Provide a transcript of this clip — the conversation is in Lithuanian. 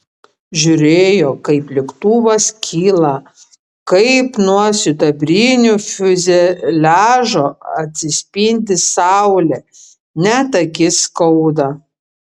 žiūrėjo kaip lėktuvas kyla kaip nuo sidabrinio fiuzeliažo atsispindi saulė net akis skauda